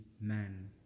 man